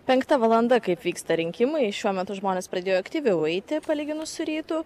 penkta valanda kaip vyksta rinkimai šiuo metu žmonės pradėjo aktyviau eiti palyginus su rytu